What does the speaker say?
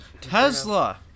Tesla